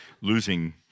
losing